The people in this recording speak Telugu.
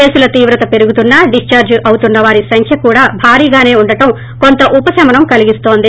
కేసుల తీవ్రత పెరుగుతున్నా డిశ్చార్డ్ అవుతున్న వారి సంఖ్య కూడా భారీగానే ఉండటం కొంత ఉపశమనం కలిగిస్తోంది